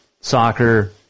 soccer